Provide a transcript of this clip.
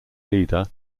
leader